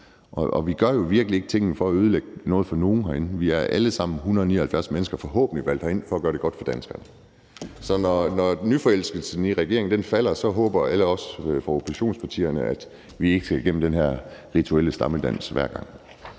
og vi gør jo virkelig ikke tingene for at ødelægge noget for nogen herinde. Vi er alle sammen, altså alle 179 mennesker, forhåbentlig valgt ind for at gøre det godt for danskerne. Så når nyforelskelsen i regeringen aftager, håber alle os fra oppositionspartierne, at vi ikke skal igennem den her rituelle stammedans hver gang.